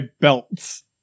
belts